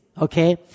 okay